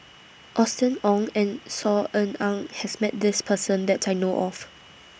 Austen Ong and Saw Ean Ang has Met This Person that I know of